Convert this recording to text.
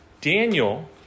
Daniel